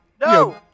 No